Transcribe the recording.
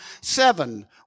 seven